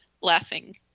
laughing